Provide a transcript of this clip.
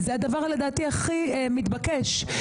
זה הדבר הכי מתבקש,